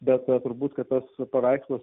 bet turbūt kad tas paveikslas